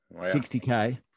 60K